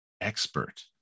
expert